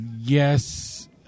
yes